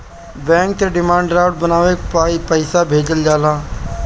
bank से demand draft बनवा के पईसा भेजल जाला